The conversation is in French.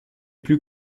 plus